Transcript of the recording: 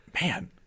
man